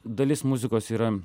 dalis muzikos yra